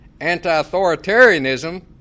anti-authoritarianism